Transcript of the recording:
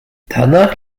danach